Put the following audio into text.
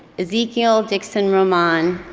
ezekiel dixon-roman,